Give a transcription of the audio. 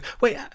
Wait